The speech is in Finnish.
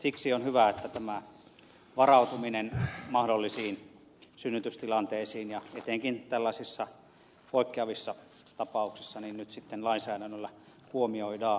siksi on hyvä että tämä varautuminen mahdollisiin synnytystilanteisiin ja etenkin tällaisissa poikkeavissa tapauksissa nyt sitten lainsäädännöllä huomioidaan